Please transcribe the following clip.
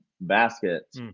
basket